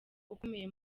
ukomeye